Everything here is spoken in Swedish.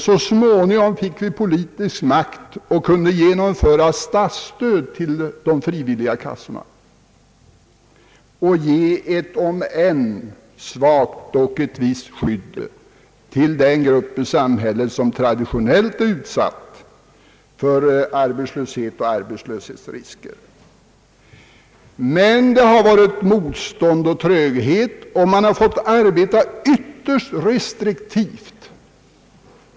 Så småningom fick vi politisk makt och kunde genomföra statsstöd till de frivilliga kassorna och ge ett visst om än svagt skydd till den grupp i samhället som traditionellt är utsatt för arbetslöshet och arbetslöshetsrisker. Men det har varit motstånd och tröghet, och man har fått arbeta ytterst restriktivt.